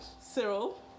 cyril